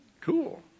Cool